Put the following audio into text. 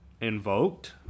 invoked